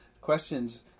questions